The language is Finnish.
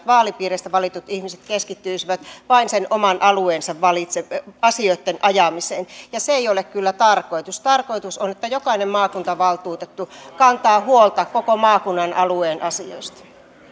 vaalipiireistä valitut ihmiset keskittyisivät vain sen oman alueensa asioitten ajamiseen ja se ei ole kyllä tarkoitus tarkoitus on että jokainen maakuntavaltuutettu kantaa huolta koko maakunnan alueen asioista